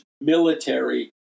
military